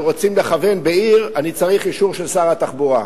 רוצים לכוון בעיר אני צריך אישור של שר התחבורה.